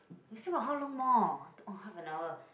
we still got how long more oh half and hours